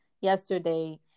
yesterday